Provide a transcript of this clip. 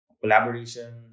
collaboration